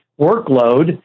workload